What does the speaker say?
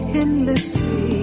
endlessly